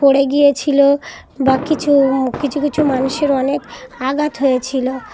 পড়ে গিয়েছিল বা কিছু কিছু কিছু মানুষের অনেক আঘাত হয়েছিলো